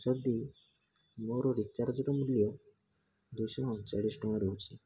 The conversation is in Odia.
ଯଦି ମୋର ରିଚାର୍ଜ୍ର ମୂଲ୍ୟ ଦୁଇଶହ ଅଣଚାଳିଶି ଟଙ୍କା ରହିଛି